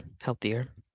healthier